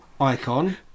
icon